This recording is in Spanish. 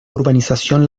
urbanización